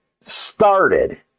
started